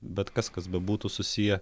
bet kas kas bebūtų susiję